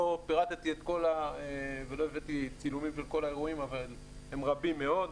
לא פירטתי ולא הבאתי צילומים של כל האירועים אבל הם רבים מאוד.